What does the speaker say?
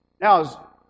Now